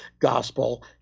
gospel